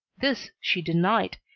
this she denied,